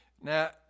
Now